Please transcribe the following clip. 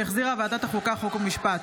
שהחזירה ועדת החוקה, חוק ומשפט.